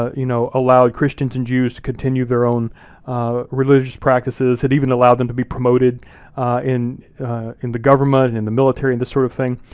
you know, allowed christians and jews to continue their own religious practices, had even allowed them to be promoted in in the government, and in the military, and this sort of thing,